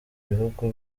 bihugu